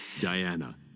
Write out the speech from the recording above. Diana